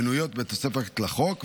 מנויות בתוספת לחוק,